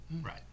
Right